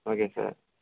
okay sir